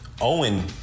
Owen